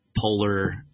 polar